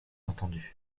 entendus